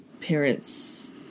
parents